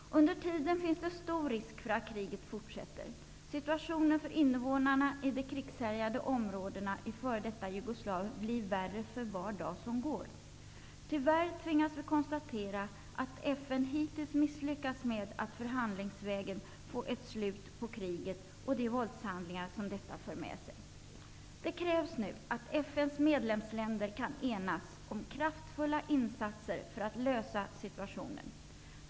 Under tiden finns det stor risk för att kriget fortsätter. Situationen för invånarna i det krigshärjade områdena i före detta Jugoslavien blir värre för var dag som går. Tyvärr tvingas vi konstatera att FN hittills misslyckats med att förhandlingsvägen få ett slut på kriget och de våldshandlingar som detta för med sig. Det krävs nu att FN:s medlemsländer kan enas om kraftfulla insatser för att lösa situationen.